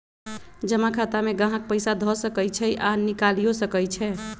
जमा खता में गाहक पइसा ध सकइ छइ आऽ निकालियो सकइ छै